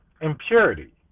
impurity